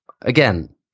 again